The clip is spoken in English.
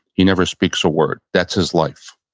he never speaks a word. that's his life.